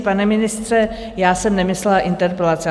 Pane ministře, já jsem nemyslela interpelace.